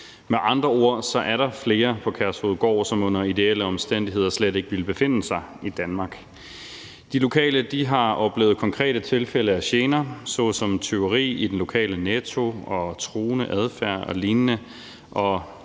Med andre ord er der flere på Kærshovedgård, som under ideelle omstændigheder slet ikke ville befinde sig i Danmark, og de lokale har oplevet konkrete tilfælde af gener såsom tyveri i den lokale Netto og truende adfærd og lignende.